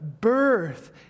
birth